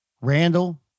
Randall